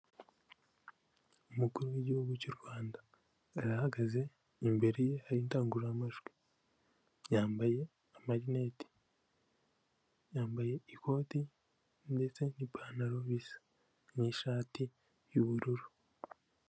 Umukuru w'igihugu cy'u Rwanda arahagaze imbere ye hari indangururamajwi yambaye amarinete yambaye ikote ndetse n'ipantaro bisa n'ishati y'ubururu.